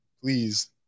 please